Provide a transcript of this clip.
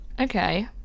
Okay